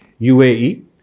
UAE